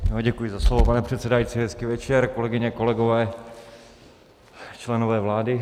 Děkuji za slovo, pane předsedající, hezký večer, kolegyně, kolegové, členové vlády.